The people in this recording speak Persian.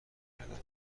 گردد